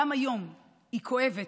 גם היום היא כואבת,